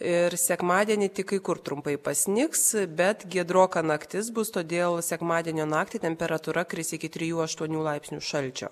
ir sekmadienį tik kai kur trumpai pasnigs bet giedroka naktis bus todėl sekmadienio naktį temperatūra kris iki trijų aštuonių laipsnių šalčio